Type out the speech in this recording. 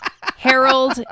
Harold